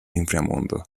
inframundo